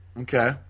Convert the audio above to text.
Okay